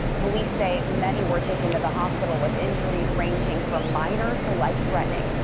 police say many were taken to the hospital with injuries ranging from minor to life threatening.